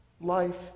life